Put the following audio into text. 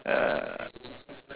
err